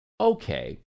okay